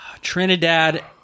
trinidad